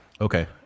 Okay